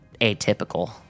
atypical